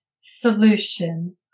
solution